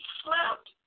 slept